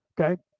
okay